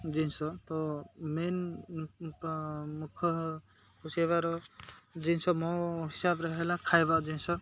ଜିନିଷ ତ ମେନ୍ ମୁଖ୍ୟ ଖୁସି ହେବାର ଜିନିଷ ମୋ ହିସାବରେ ହେଲା ଖାଇବା ଜିନିଷ